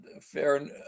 fair